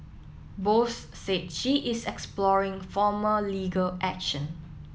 Bose said she is exploring formal legal action